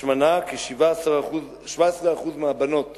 השמנה, 17% מהבנות